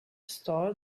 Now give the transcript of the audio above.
store